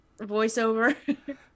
voiceover